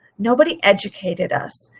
nobody educated us.